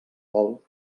vol